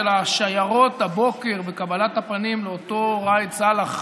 של השיירות הבוקר בקבלת הפנים לאותו ראאד סלאח,